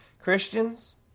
Christians